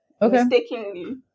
mistakenly